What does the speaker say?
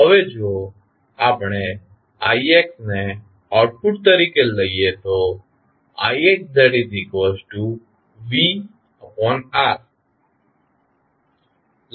હવે જો આપણે ixને આઉટપુટ તરીકે લઈએ તો ixvR